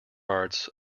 arts